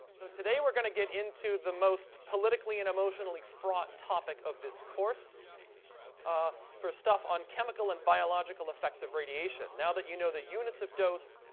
so, today we're going to get into the most politically and emotionally fraught topic of this course for stuff on chemical and biological effects of radiation. now that you know the units of dose,